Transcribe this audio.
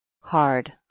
hard